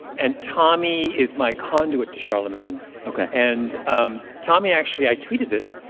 and tommy is my conduit to charlemagne ok and um tommy actually i tweeted this.